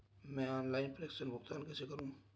मैं ऑनलाइन प्रेषण भुगतान कैसे करूँ?